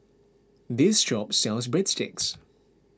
this shop sells Breadsticks